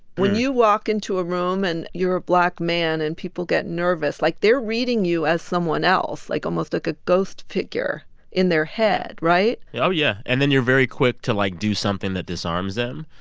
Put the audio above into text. when you walk into a room and you're a black man and people get nervous, like, they're reading you as someone else, like almost like a ghost figure in their head, right? oh, yeah. and then you're very quick to, like, do something that disarms them,